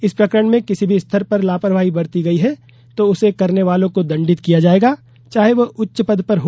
इस प्रकरण में किसी भी स्तर पर लापरवाही बरती गई है तो उसे करने वालों को दंडित किया जाएगा चाहे वह उच्च पद पर हो